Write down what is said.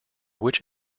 which